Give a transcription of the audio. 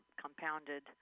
compounded